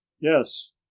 Yes